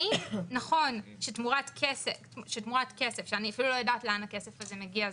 האם נכון שתמורת כסף שאני אפילו לא יודעת לאן הכסף הזה מגיע,